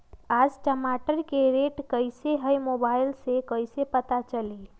आज टमाटर के रेट कईसे हैं मोबाईल से कईसे पता चली?